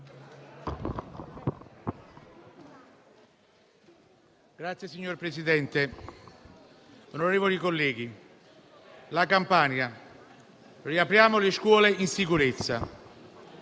*(M5S)*. Signor Presidente, onorevoli colleghi, in Campania riapriamo le scuole in sicurezza.